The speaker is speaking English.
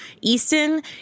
Easton